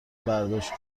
برداشت